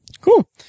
Cool